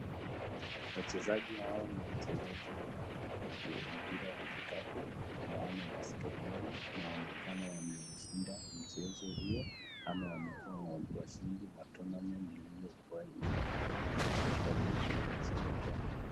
Wachezaji hawa ni wachezaji wa mpira wa kikapu ama basketball , wanaonekana wameshinda mchezo huo ama wamekua washindi wa michezo kwa namna ilivyokua inaemdelea kwa sababu wamasherehekea.